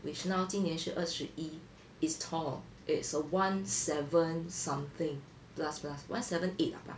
which now 今年是二十一 is tall it's a one seven something plus plus one seven eight ah bah